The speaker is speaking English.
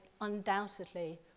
undoubtedly